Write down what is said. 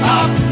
up